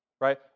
right